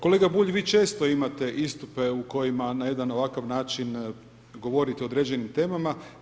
Kolega Bulj, vi često imate istupe u kojima na jedan ovakav način govorite o određenim temama.